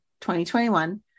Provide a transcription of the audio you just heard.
2021